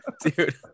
Dude